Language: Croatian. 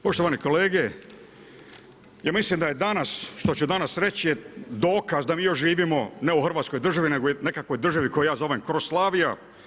Poštovani kolege, ja mislim da je danas, što ću danas reći je dokaz da mi još živimo ne u Hrvatskoj državi, nego u nekoj državi koju ja zovem Croslavija.